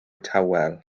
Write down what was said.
tawel